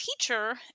teacher